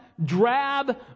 Drab